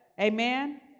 Amen